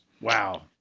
Wow